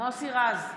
מוסי רז,